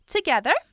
Together